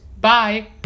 Bye